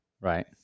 Right